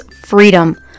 freedom